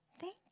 Thank